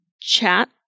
chat